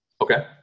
okay